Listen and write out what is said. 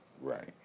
Right